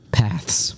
paths